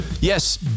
yes